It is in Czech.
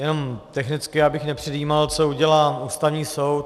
Jenom technicky, abych nepředjímal, co udělá Ústavní soud.